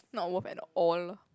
not worth at all